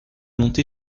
monter